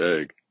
egg